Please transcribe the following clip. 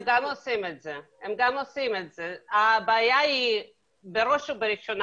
הם גם עושים את זה, הבעיה היא בראש ובראשונה